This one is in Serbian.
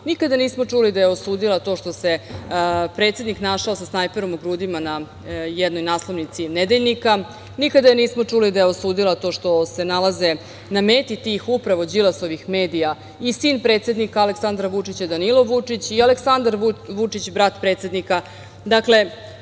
nikada nismo čuli da je osudila to što se predsednik našao sa snajperom u grudima na jednoj naslovnici nedeljnika. Nikada je nismo čuli da je osudila to što se nalaze na meti tih upravo Đilasovih medija, i sin predsednika Aleksandra Vučića, Danilo Vučić, i Andrej Vučić, brat predsednika. Dakle,